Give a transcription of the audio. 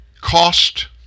cost